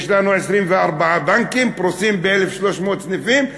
יש לנו 24 בנקים פרוסים ב-1,300 סניפים,